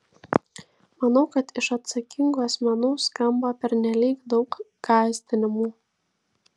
manau kad iš atsakingų asmenų skamba pernelyg daug gąsdinimų